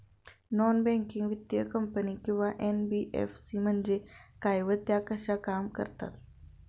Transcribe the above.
Non banking वित्तीय company किंवा NBFC म्हणजे काय व त्या कशा काम करतात?